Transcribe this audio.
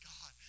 God